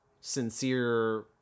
sincere